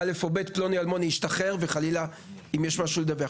שפלוני השתחרר ואם יש חלילה משהו לדווח עליו.